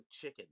chicken